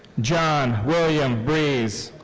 john william bries.